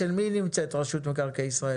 אצל מי נמצאת רשות מקרקעי ישראל?